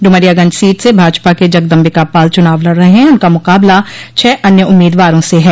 Domariyaganj seat से भाजपा के जगदम्बिका पाल चुनाव लड़ रहे हैं उनका मकाबला छह अन्य उम्मीदवारों से है